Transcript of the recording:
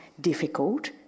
difficult